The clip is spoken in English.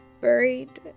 buried